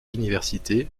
universités